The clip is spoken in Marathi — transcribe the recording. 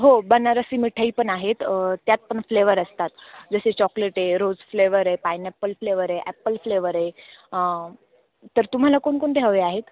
हो बनारसी मिठाई पण आहेत त्यात पण फ्लेवर असतात जसे चॉकलेट आहे रोज फ्लेवर आहे पायनॅपल फ्लेवर आहे ॲपल फ्लेवर आहे तर तुम्हाला कोणकोणते हवे आहेत